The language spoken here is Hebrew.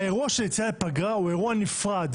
האירוע של יציאה לפגרה הוא אירוע נפרד.